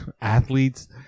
athletes